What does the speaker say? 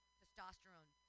testosterone